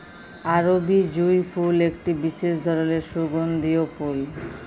আরবি জুঁই ফুল একটি বিসেস ধরলের সুগন্ধিও ফুল